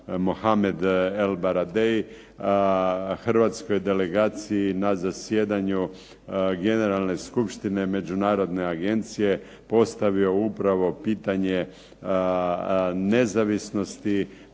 Mohamed el Baradei Hrvatskoj delegaciji na zasjedanju generalne skupštine međunarodne agencije postavio upravo pitanje nezavisnosti